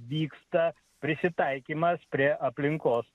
vyksta prisitaikymas prie aplinkos